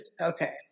Okay